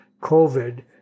COVID